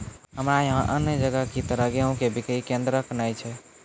हमरा यहाँ अन्य जगह की तरह गेहूँ के बिक्री केन्द्रऽक नैय छैय?